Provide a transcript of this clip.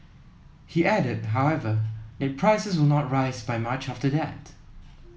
he added however that prices will not rise by much after that